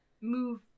move